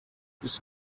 this